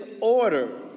order